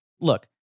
look